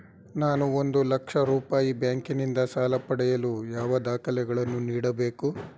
ನಾನು ಒಂದು ಲಕ್ಷ ರೂಪಾಯಿ ಬ್ಯಾಂಕಿನಿಂದ ಸಾಲ ಪಡೆಯಲು ಯಾವ ದಾಖಲೆಗಳನ್ನು ನೀಡಬೇಕು?